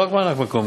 לא רק מענק מקום,